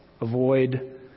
avoid